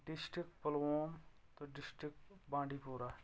district Pulwama تہٕ district بانڈی پورہ